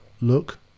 look